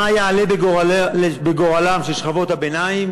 מה יעלה בגורלן של שכבות הביניים